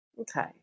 okay